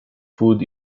food